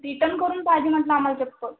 return करून पाहिजे म्हटलं आम्हाला चप्पल